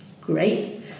great